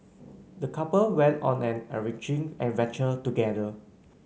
the couple went on an enriching adventure together